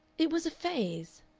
it was a phase,